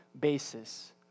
basis